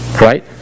Right